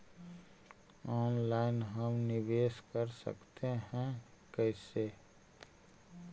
Online हम निवेश कर सकते है, कैसे?